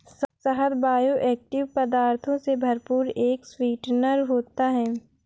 शहद बायोएक्टिव पदार्थों से भरपूर एक स्वीटनर होता है